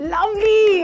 Lovely